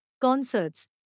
concerts